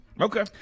Okay